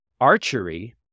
Archery